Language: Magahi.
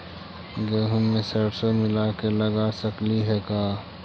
गेहूं मे सरसों मिला के लगा सकली हे का?